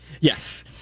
Yes